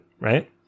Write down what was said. right